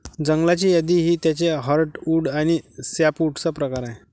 जंगलाची यादी ही त्याचे हर्टवुड आणि सॅपवुडचा प्रकार आहे